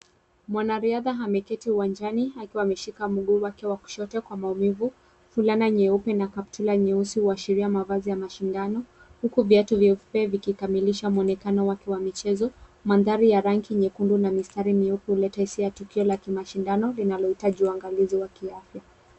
Mwanariadha ameketi uwanjani akiwa ameshika mguu wake wa kushoto kwa maumivu. Fulana nyeupe na kaptula nyeusi huashiria mavazi ya mashindano, huku viatu vyeupe vikikamilisha mwonekano wake wa michezo. Mandhari ya rangi nyekundu na mistari nyeupe huleta tukio ya mashindano yanayohitaji uangalizi wa kiafya.